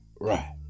right